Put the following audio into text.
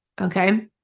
Okay